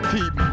Keep